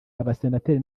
abasenateri